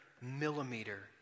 millimeter